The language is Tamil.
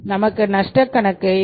நமக்கு நஷ்ட கணக்கு 24